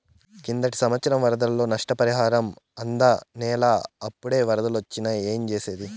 కిందటి సంవత్సరం వరదల్లో నష్టపరిహారం అందనేలా, అప్పుడే ఒరదలొచ్చేసినాయి ఏంజేసేది